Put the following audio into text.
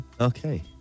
Okay